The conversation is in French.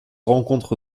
rencontre